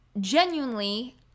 genuinely